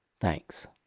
Thanks